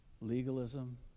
Legalism